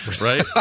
Right